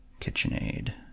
KitchenAid